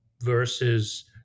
versus